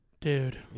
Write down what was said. Dude